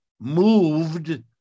moved